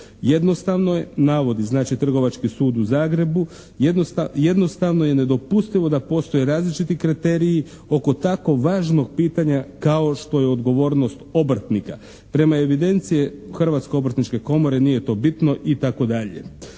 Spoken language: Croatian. Jednostavno je navodi znači Trgovački sud u Zagrebu, jednostavno je nedopustivo da postoje različiti kriteriji oko tako važnog pitanja kao što je odgovornost obrtnika. Prema evidenciji Hrvatske obrtničke komore nije to bitno itd.